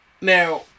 now